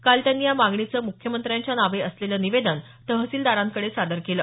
काल त्यांनी या मागणीचं मुख्यमंत्र्यांच्या नावे असलेलं निवेदन तहसीलदारांकडे सादर केलं